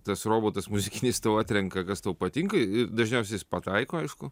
tas robotas muzikinis tau atrenka kas tau patinka dažniausiai jis pataiko aišku